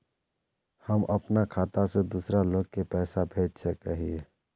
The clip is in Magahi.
हम अपना खाता से दूसरा लोग के पैसा भेज सके हिये?